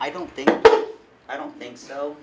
i don't think i don't think so